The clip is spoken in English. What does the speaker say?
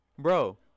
Bro